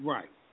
Right